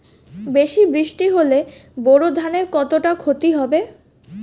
বেশি বৃষ্টি হলে বোরো ধানের কতটা খতি হবে?